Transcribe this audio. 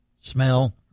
smell